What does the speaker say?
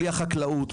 בלי החקלאות,